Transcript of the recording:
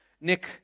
Nick